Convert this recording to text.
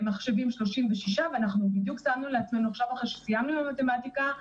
במחשבים 36%. אחרי שסיימנו עם המתמטיקה,